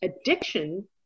addiction